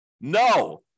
No